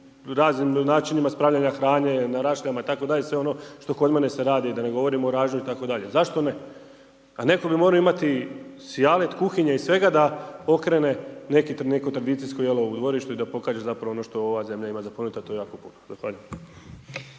raznim načinima spravljanja hrane na rašljama itd. sve ono što kod mene se radi da ne govorim o ražnju itd. zašto ne, a netko bi morao imati sijalet kuhinje i svega da okrene neko tradicijsko jelo u dvorištu i da pokaže zapravo ono što ova zemlja ima za ponudit a to je jako punu. Zahvaljujem.